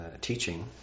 teaching